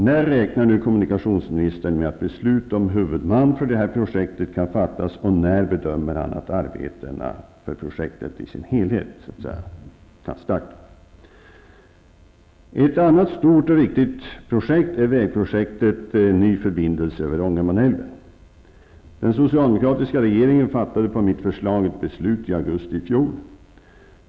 När räknar nu kommunikationsministern med att beslut om huvudman för detta projekt kan fattas, och när bedömer han att arbetena för projektet i sin helhet kan starta? Ett annat stort och viktigt projektet är vägprojektet för ny förbindelse över Ångermanälven. Den socialdemokratiska regeringen fattade på mitt förslag ett beslut i augusti i fjol.